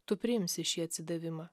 tu priimsi šį atsidavimą